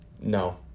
No